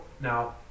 now